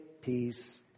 peace